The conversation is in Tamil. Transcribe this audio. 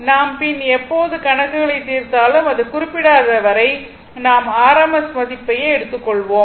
நாம் பின் எப்போது கணக்குகளை தீர்த்தாலும் அதில் குறிப்பிடாத வரை நாம் rms மதிப்பை எடுத்து கொள்ளலாம்